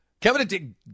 Kevin